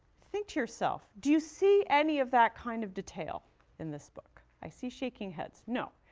think to yourself. do see any of that kind of detail in this book? i see shaking heads. no.